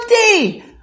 empty